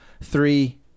three